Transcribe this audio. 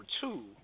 two